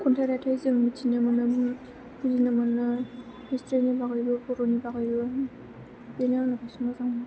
खन्थाय रायथाइ जों मिथिनो मोनो बुजिनो मोनो हिसथ्रिनि बागैबो बर'नि बागैबो बेनो आंनि फार्से मोजां